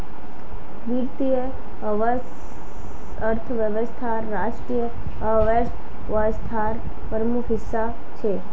वीत्तिये अर्थवैवस्था राष्ट्रिय अर्थ्वैवास्थार प्रमुख हिस्सा छे